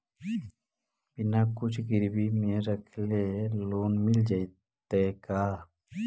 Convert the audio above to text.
बिना कुछ गिरवी मे रखले लोन मिल जैतै का?